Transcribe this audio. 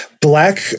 Black